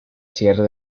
sierra